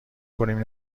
کنیم